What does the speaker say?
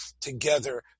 together